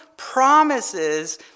promises